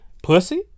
Pussy